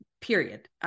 period